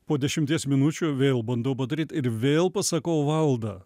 po dešimties minučių vėl bandau padaryt ir vėl pasakau valda